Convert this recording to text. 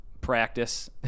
practice